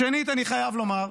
שנית, אני חייב לומר,